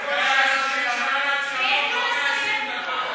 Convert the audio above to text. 120 שנה לציונות ועוד 120 דקות.